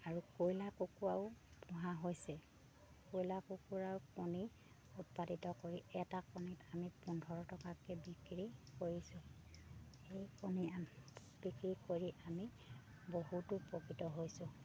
আৰু কয়লা কুকুৰাও পোহা হৈছে কয়লা কুকুৰাৰ কণী উৎপাদিত কৰি এটা কণীত আমি পোন্ধৰ টকাকৈ বিক্ৰী কৰিছোঁ সেই কণী আ বিক্ৰী কৰি আমি বহুতো প্ৰকৃত হৈছোঁ